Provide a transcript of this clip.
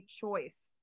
choice